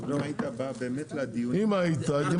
אם היית בא באמת לדיון היינו משנים.